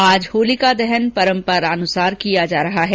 आज होलिका दहन परम्परानुसार किया जा रहा है